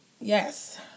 Yes